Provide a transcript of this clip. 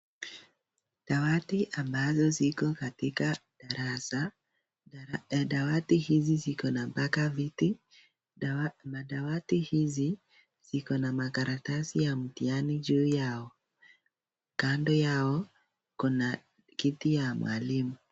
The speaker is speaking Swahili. Dawati ambazo ziko katika darasa. Dawati hizi ziko na mpaka viti. Madawati hizi ziko na makatasi ya mtihani juu yao, kando yao kuna kiti ya mwalimu.